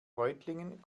reutlingen